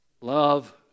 Love